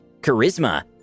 Charisma